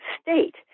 state